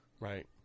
right